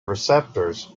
receptors